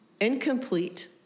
incomplete